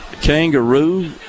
kangaroo